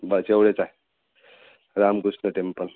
बरं तेवढेच आहे रामकृष्ण टेम्पल